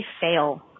fail